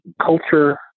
culture